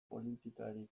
politikari